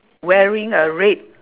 wearing a red